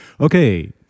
Okay